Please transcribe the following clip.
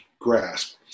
grasp